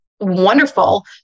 wonderful